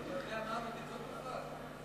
אתה יודע מה המדיניות בכלל?